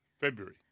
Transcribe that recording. February